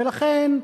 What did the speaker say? ולכן,